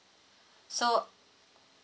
so